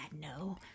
no